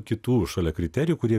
kitų šalia kriterijų kurie